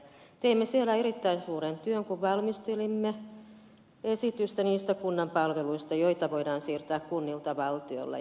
teimme siellä erittäin suuren työn kun valmistelimme esitystä niistä kunnan palveluista joita voidaan siirtää kunnilta valtiolle